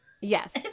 Yes